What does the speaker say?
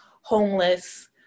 homeless